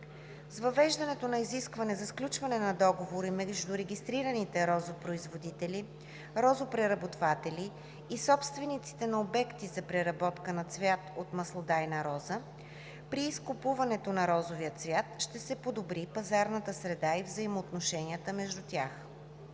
С въвеждането на изискване за сключване на договори между регистрираните розопроизводители, розопреработватели и собствениците на обекти за преработка на цвят от маслодайна роза при изкупуването на розовия цвят ще се подобри пазарната среда и взаимоотношенията между тях.